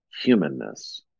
humanness